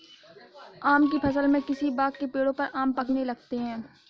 आम की फ़सल में किसी बाग़ के पेड़ों पर आम पकने लगते हैं